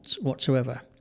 whatsoever